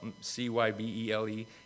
C-Y-B-E-L-E